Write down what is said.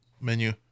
menu